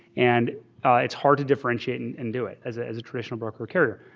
and it's hard to differentiate and and do it as it as a traditional broker-carrier.